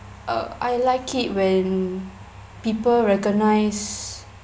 uh I like it when people recognise